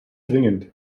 dringend